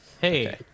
Hey